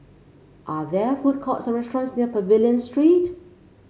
are there food courts or restaurants near Pavilion Street